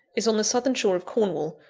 is on the southern shore of cornwall,